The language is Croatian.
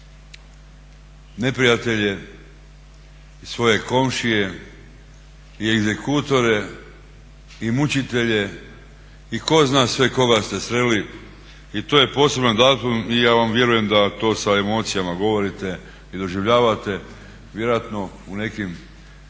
neprijatelje i svoje komšije i egzekutore, i mučitelje i tko zna sve koga ste sreli i to je poseban datum i ja vam vjerujem da to sa emocijama govorite i doživljavate. Vjerojatno u nekim